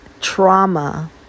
trauma